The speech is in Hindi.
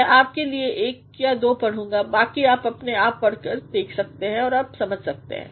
मैआपके लिए एक या दो पढूंगा बाकी आप अपने आप पढ़ सकते हैं और आप समझ सकते हैं